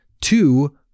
two